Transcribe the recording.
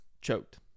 choked